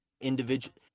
individual